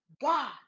God